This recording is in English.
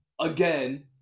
again